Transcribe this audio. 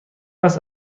است